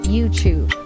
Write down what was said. YouTube